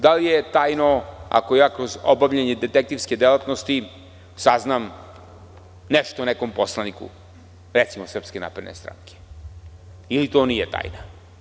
Da li je tajno ako ja kroz obavljanje detektivske delatnosti saznam nešto o nekom poslaniku, recimo SNS, ili to nije tajna?